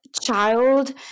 child